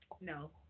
no